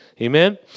Amen